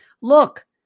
Look